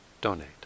donate